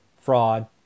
fraud